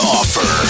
offer